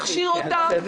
להכשיר אותם.